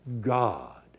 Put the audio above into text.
God